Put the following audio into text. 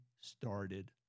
started